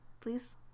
Please